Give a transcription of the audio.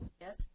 Yes